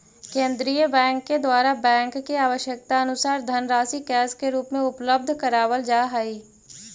केंद्रीय बैंक के द्वारा बैंक के आवश्यकतानुसार धनराशि कैश के रूप में उपलब्ध करावल जा हई